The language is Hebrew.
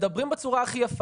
מדברים בצורה הכי יפה.